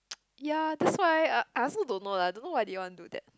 yeah that's why I I also don't know lah don't know why they want to do that